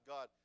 God